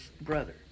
brother